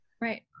right